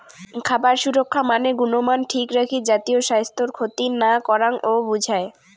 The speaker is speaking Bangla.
খাবার সুরক্ষা মানে গুণমান ঠিক রাখি জাতীয় স্বাইস্থ্যর ক্ষতি না করাং ও বুঝায়